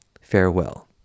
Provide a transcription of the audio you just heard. Farewell